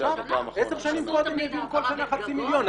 10 שנים קודם העבירו כל שנה חצי מיליון.